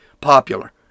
popular